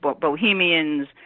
Bohemians